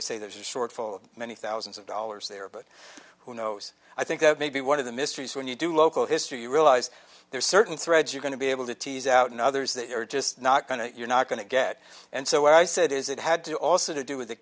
i say there's a shortfall of many thousands of dollars there but who knows i think maybe one of the mysteries when you do local history you realize there's certain threads you're going to be able to tease out and others that you're just not going to you're not going to get and so what i said is it had to also to do with the